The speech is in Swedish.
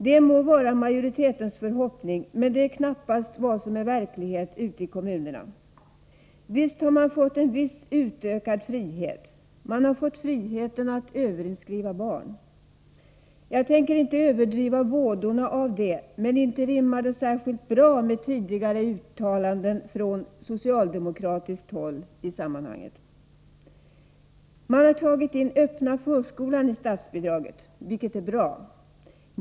Detta må vara majoritetens förhoppning, men det är knappast vad som är verklighet ute i kommunerna. Visst har man fått en viss utökad frihet — man har fått friheten att överinskriva barn. Jag tänker inte överdriva vådorna av detta, men inte rimmar det särskilt väl med tidigare uttalanden från socialdemokratiskt håll i sammanhanget. Man har tagit in den öppna förskolan i statsbidraget, vilket är bra.